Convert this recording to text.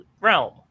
realm